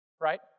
right